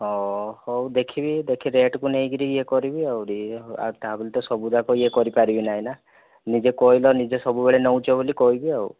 ହଁ ହୋଉ ଦେଖିବି ଦେଖି ରେଟ୍ କୁ ନେଇକିରି ଇଏ କରିବି ଆଉ ତା ବୋଲି ତ ସବୁଯାକ ଇଏ କରିପାରିବି ନାହିଁ ନା ନିଜେ କହିଲ ନିଜେ ସବୁବେଳେ ନେଉଛ ବୋଲି କହିଲି ଆଉ